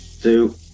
Two